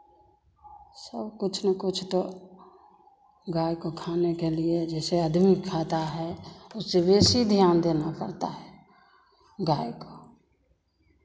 सब कुछ ना कुछ तो गाय को खाने के लिए जैसे आदमी खाता है उससे बेसी ध्यान देना पड़ता है गाय को